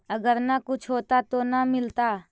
अगर न कुछ होता तो न मिलता?